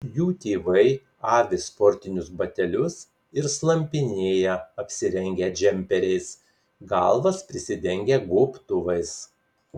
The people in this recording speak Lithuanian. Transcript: jų tėvai avi sportinius batelius ir slampinėja apsirengę džemperiais galvas prisidengę gobtuvais